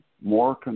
more